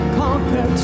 conquer